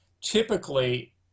Typically